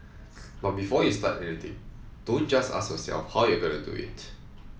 but before you start anything don't just ask yourself how you're going to do it